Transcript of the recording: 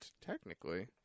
technically